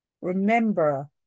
Remember